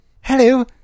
hello